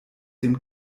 dem